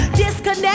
disconnect